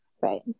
right